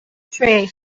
three